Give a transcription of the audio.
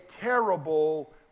terrible